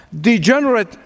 degenerate